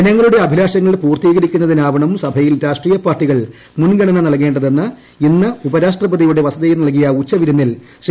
ജനങ്ങളുടെ അഭിലാഷങ്ങൾ പൂർത്തീകരിക്കുന്നതിനാവണം സഭയിൽ രാഷ്ട്രീയപാർട്ടികൾ മുൻഗണന നൽകേ തെന്ന് ഇന്ന് ഉപരാഷ്ട്രപതിയുടെ വസതിയിൽ നൽകിയ ഉച്ച വിരുന്നിൽ ശ്രീ